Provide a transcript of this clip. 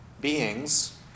beings